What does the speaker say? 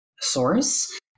source